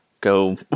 go